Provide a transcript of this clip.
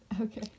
Okay